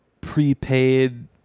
prepaid